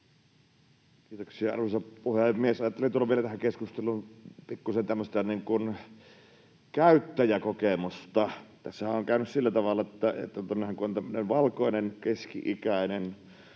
Kiitoksia, arvoisa puhemies! Ajattelin tuoda vielä tähän keskusteluun pikkuisen tämmöistä niin kuin käyttäjäkokemusta. Tässähän on käynyt sillä tavalla, että kun olen tämmöinen valkoinen, keski-ikäinen